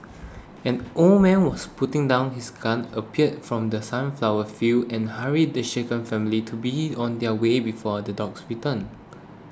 an old man who was putting down his gun appeared from the sunflower fields and hurried the shaken family to being on their way before the dogs return